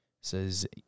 says